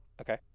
okay